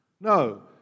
No